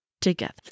together